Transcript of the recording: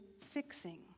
fixing